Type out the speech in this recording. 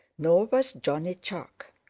nor was johnny chuck.